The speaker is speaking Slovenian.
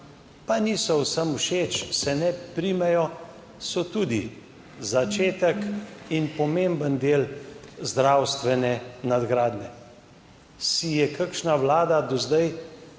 pa niso vsem všeč, se ne primejo, so tudi začetek in pomemben del zdravstvene nadgradnje. Si je kakšna vlada do zdaj